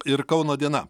ir kauno diena